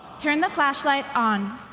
turn the flashlight on.